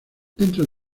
dentro